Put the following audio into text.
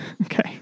Okay